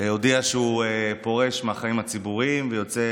הודיע שהוא פורש מהחיים הציבוריים ויוצא